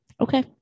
okay